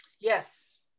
Yes